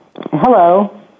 Hello